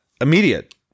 immediate